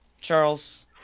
Charles